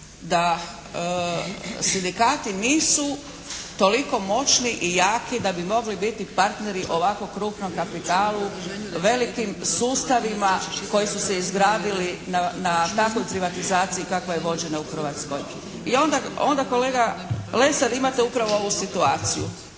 da sindikati nisu toliko moćni i jaki da bi mogli biti partneri ovako krupnom kapitalu, velikim sustavima koji su se izgradili na takvoj privatizaciji kakva je vođena u Hrvatskoj. I onda kolega Lesar imate upravo ovu situaciju.